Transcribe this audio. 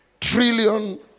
trillion